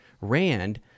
Rand